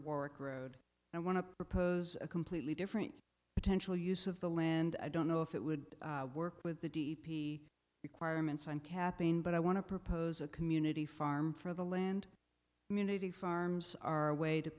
work road and want to propose a completely different potential use of the land i don't know if it would work with the d p requirements on capping but i want to propose a community farm for the land munity farms are a way to